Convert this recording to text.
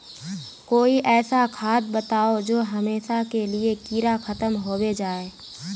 कोई ऐसा खाद बताउ जो हमेशा के लिए कीड़ा खतम होबे जाए?